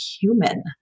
human